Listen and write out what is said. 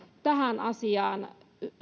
tähän asiaan